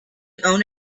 own